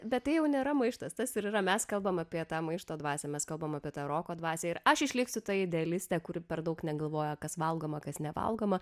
bet tai jau nėra maištas tas ir yra mes kalbam apie tą maišto dvasią mes kalbam apie tą roko dvasią ir aš išliksiu ta idealiste kuri per daug negalvoja kas valgoma kas nevalgoma